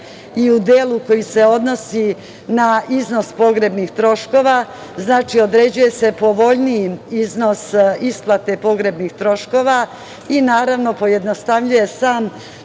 i u delu koji se odnosi na iznos pogrebnih troškova. Znači, određuje se povoljniji iznos isplate pogrebnih troškova i pojednostavljuje sam